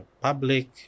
public